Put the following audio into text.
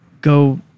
go